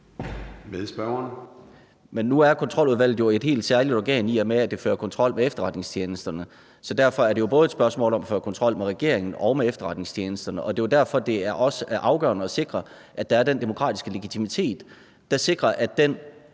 Nu er Kontroludvalget jo et helt særligt organ, i og med at det fører kontrol med efterretningstjenesterne. Så derfor er det både et spørgsmål om at føre kontrol med regeringen og med efterretningstjenesterne, og det er derfor, det også er afgørende at sikre, at der er den demokratiske legitimitet, der sikrer, at den